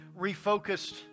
refocused